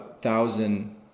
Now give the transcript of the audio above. thousand